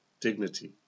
dignity